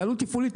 זו עלות תפעולית,